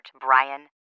Brian